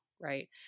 right